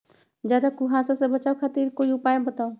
ज्यादा कुहासा से बचाव खातिर कोई उपाय बताऊ?